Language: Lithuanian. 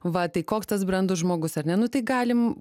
va tai koks tas brandus žmogus ar ne nu tai galim